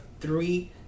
three